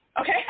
Okay